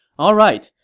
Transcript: alright,